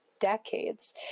decades